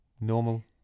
normal